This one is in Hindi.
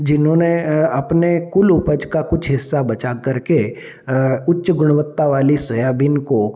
जिन्होंने अपने कुल उपज का कुछ हिस्सा बचा करके उच्च गुणवत्ता वाली सोयाबीन को